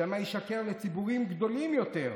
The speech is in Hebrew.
שמא ישקר לציבורים גדולים יותר.